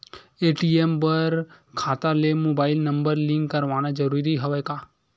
ATM बर खाता ले मुबाइल नम्बर लिंक करवाना ज़रूरी हवय का?